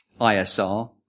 ISR